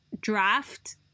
draft